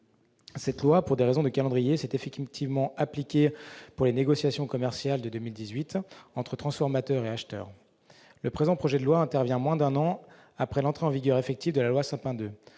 obligatoire. Pour des raisons de calendrier, elle s'est effectivement appliquée pour les négociations commerciales de 2018 entre transformateurs et acheteurs. Le présent projet de loi intervient moins d'un an après l'entrée en vigueur effective de la loi Sapin II.